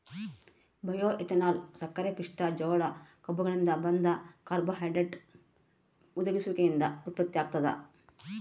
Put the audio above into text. bioethanol ಸಕ್ಕರೆಪಿಷ್ಟ ಜೋಳ ಕಬ್ಬುಗಳಿಂದ ಬಂದ ಕಾರ್ಬೋಹೈಡ್ರೇಟ್ ಹುದುಗುಸುವಿಕೆಯಿಂದ ಉತ್ಪತ್ತಿಯಾಗ್ತದ